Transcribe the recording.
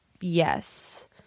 yes